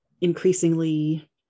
increasingly